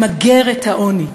למגר את העוני.